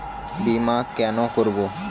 বিমা কেন করব?